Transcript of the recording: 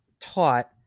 taught